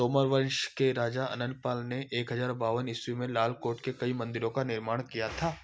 तोमर वंश के राजा अनंग पाल ने एक हज़ार बावन ईस्वी में लाल कोट और कई मंदिरों का निर्माण किया था